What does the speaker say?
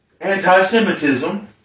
anti-Semitism